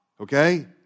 okay